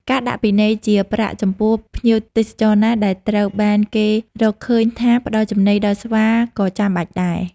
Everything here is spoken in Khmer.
ការដាក់ពិន័យជាប្រាក់ចំពោះភ្ញៀវទេសចរណាដែលត្រូវបានគេរកឃើញថាផ្តល់ចំណីដល់ស្វាក៏ចាំបាច់ដែរ។